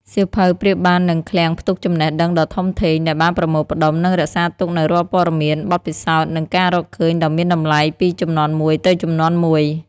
សៀវភៅប្រៀបបាននឹង ឃ្លាំងផ្ទុកចំណេះដឹងដ៏ធំធេង ដែលបានប្រមូលផ្តុំ និងរក្សាទុកនូវរាល់ព័ត៌មាន បទពិសោធន៍ និងការរកឃើញដ៏មានតម្លៃពីជំនាន់មួយទៅជំនាន់មួយ។